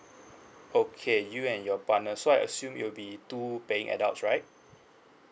okay you and your partner so I assume it will be to paying adults right